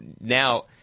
now